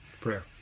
Prayer